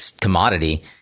commodity